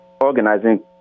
organizing